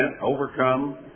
overcome